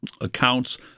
accounts